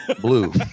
blue